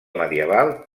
medieval